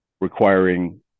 requiring